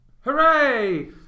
Hooray